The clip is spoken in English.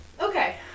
Okay